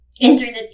internet